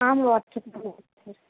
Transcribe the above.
WhatsApp నెంబర్కి sir